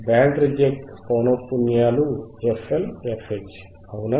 band reject పౌనఃపున్యాలు FL FH అవునా